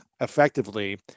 effectively